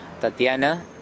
Tatiana